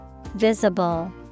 Visible